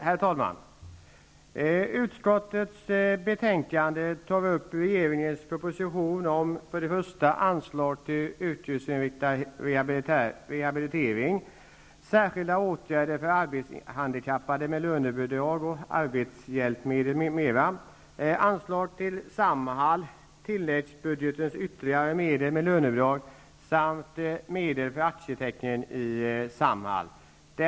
Herr talman! I utskottets betänkande tas följande förslag upp i regeringens proposition: Anslag till yrkesinriktad rehabilitering, till särskilda åtgärder för arbetshandikappade, med lönebidrag, arbetshjälpmedel m.m., anslag till Samhall, tilläggsbudgetens ytterligare medel för lönebidrag samt medel för aktieteckning i Samhall.